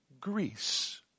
Greece